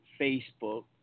Facebook